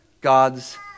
God's